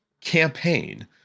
campaign